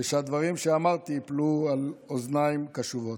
ושהדברים שאמרתי ייפלו על אוזניים קשובות.